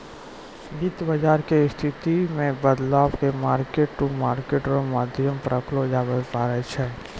वित्त बाजार के स्थिति मे बदलाव के मार्केट टू मार्केट रो माध्यम से परखलो जाबै पारै छै